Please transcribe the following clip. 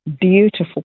beautiful